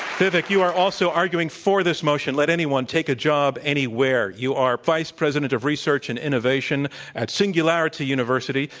vivek, you are also arguing for this motion, let anyone take a job anywhere. you are vice president of research and innovation at singularity university.